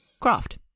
craft